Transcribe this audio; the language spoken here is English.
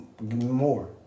more